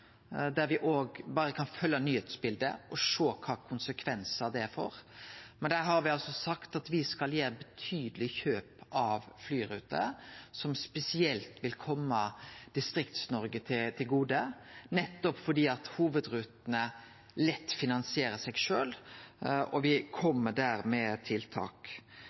og me kan berre følgje nyheitsbildet og sjå kva konsekvensar det får. Men me har altså sagt at me skal gjere betydelege kjøp av flyruter som spesielt vil kome Distrikts-Noreg til gode, nettopp fordi hovudrutene lett finansierer seg sjølve, og der kjem me med tiltak.